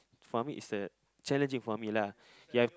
for me is a challenging for me lah you have